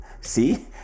see